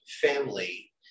family